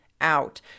out